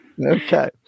Okay